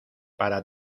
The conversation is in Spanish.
para